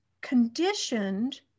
conditioned